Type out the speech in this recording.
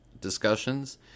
discussions